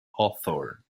hawthorne